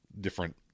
different